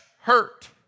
hurt